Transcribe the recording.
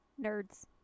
nerds